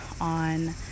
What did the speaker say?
on